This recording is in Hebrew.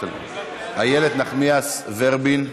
איילת נחמיאס ורבין,